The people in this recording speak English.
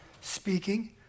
speaking